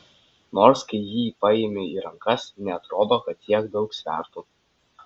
nors kai jį paimi į rankas neatrodo kad tiek daug svertų